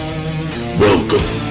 Welcome